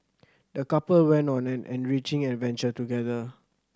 the couple went on an enriching adventure together